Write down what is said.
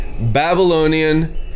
Babylonian